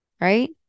Right